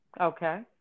Okay